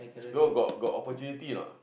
hello got got opportunity or not